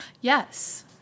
Yes